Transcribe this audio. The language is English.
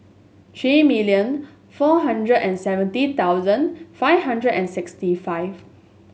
Three million four hundred and seventy thousand five hundred and sixty five